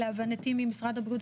להבנתי ממשרד הבריאות,